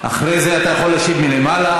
ואחרי זה אתה יכול להשיב מלמעלה.